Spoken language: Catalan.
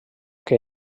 que